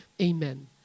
Amen